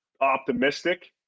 optimistic